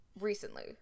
recently